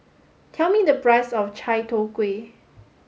tell me the price of Chai Tow Kuay